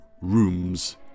rooms